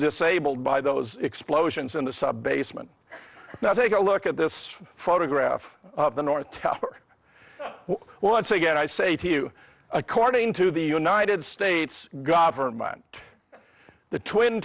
disabled by those explosions in the subbasement now take a look at this photograph of the north tower once again i say to you according to the united states government the twin